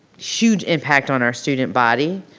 huge impact on our student body.